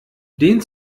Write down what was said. den